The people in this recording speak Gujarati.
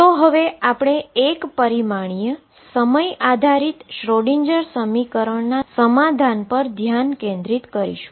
તેથી હવેથી આપણે 1 ડાઈમેન્શલ સમય આધારિત શ્રોડિંજર સમીકરણના સમાધાન પર ધ્યાન કેંદ્રિત કરીશુ